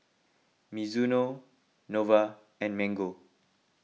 Mizuno Nova and Mango